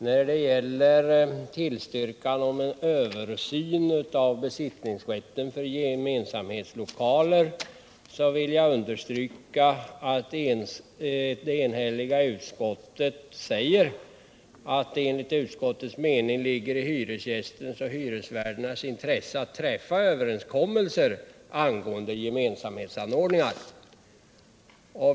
När det gäller tillstyrkan av en översyn av besittningsrätten till gemensamma lokaler vill jag understryka att det eniga utskottet framhåller att det enligt utskottets mening ”torde ligga i både hyresgästernas och hyresvärdarnas intressen att träffa överenskommelser angående gemensamhetsanordningar”.